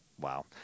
Wow